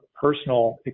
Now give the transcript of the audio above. personal